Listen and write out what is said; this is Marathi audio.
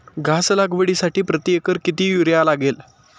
घास लागवडीसाठी प्रति एकर किती युरिया लागेल?